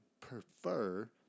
prefer